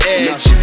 edge